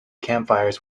campfires